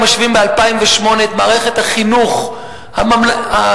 אם משווים את מערכת החינוך ב-2008 או